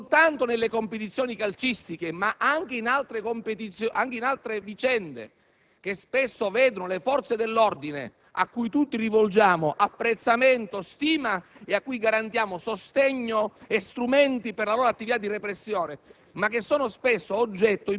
di violenza, non soltanto nelle competizioni calcistiche, ma anche in altre vicende che spesso vedono le forze dell'ordine - a cui tutti rivolgiamo apprezzamento e stima e a cui garantiamo sostegno e strumenti per la loro attività di repressione